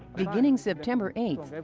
beginning september eighth,